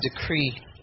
decree